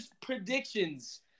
predictions